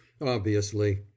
Obviously